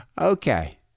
Okay